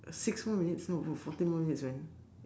uh six more minutes no bro fourteen more minutes man